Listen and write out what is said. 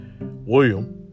William